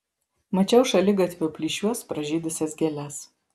mačiau šaligatvio plyšiuos pražydusias gėles